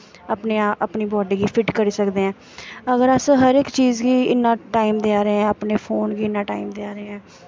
अपनी बॉड्डी गी फिट्ट करी सकदे आं अगर अस हर इक चीज़ गी इन्ना टाईम देआ दे आं अपने फोन गी इन्ना टाईम देआ दे आं